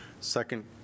Second